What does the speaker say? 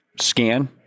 scan